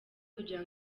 kugira